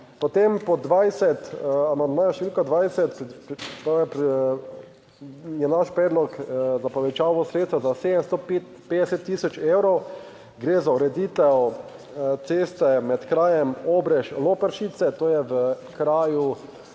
Potem, pod 20, amandmaja številka 20, se pravi, je naš predlog za povečavo sredstev za 750 tisoč evrov, gre za ureditev ceste med krajem Obrež, Loperšice, to je v kraju